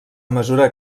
mesura